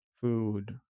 food